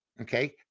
Okay